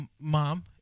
mom